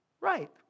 right